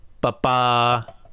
ba-ba